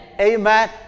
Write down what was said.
Amen